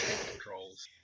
Controls